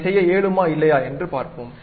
அதை செய்ய இயலுமா இல்லையா என்று பார்ப்போம்